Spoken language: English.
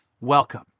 Welcome